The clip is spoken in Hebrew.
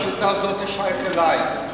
השאילתא הזאת שייכת לי,